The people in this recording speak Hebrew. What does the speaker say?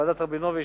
בוועדת-רבינוביץ,